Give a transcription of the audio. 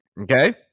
Okay